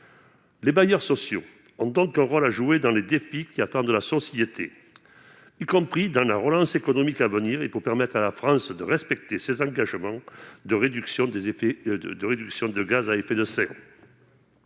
Les bailleurs sociaux ont un rôle à jouer dans les défis qui attendent la société, y compris dans la relance économique à venir et pour permettre à la France de respecter ses engagements de réduction des émissions de gaz à effet de serre.